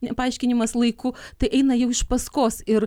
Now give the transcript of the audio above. paaiškinimas laiku tai eina jau iš paskos ir